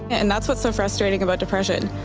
and that's what's so frustrating about depression,